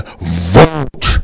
vote